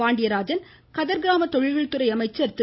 பாண்டியராஜன் கதர் மற்றும் கிராம தொழில்கள் துறை அமைச்சர் திரு